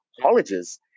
colleges